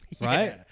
Right